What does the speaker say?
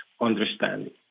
understanding